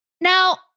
Now